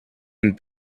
and